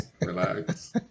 relax